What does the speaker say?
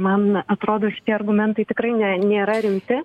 man atrodo šitie argumentai tikrai ne nėra rimti